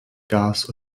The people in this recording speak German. gas